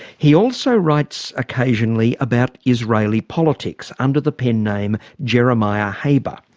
he also writes occasionally about israeli politics under the pen name jeremiah haber.